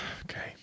Okay